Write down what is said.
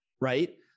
right